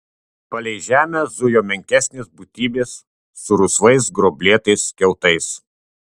palei žemę zujo menkesnės būtybės su rusvais gruoblėtais kiautais